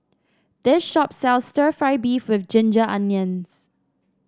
this shop sells stir fry beef with Ginger Onions